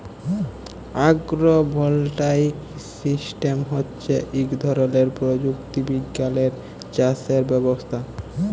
আগ্র voltaic system হচ্যে ইক ধরলের প্রযুক্তি বিজ্ঞালের চাসের ব্যবস্থা